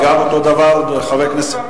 אותו הדבר, חבר הכנסת חנין?